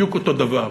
בדיוק אותו דבר.